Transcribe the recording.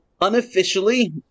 unofficially